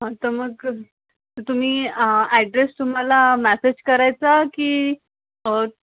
ह तर मग तुम्ही ॲड्रेस तुम्हाला मॅसेज करायचा की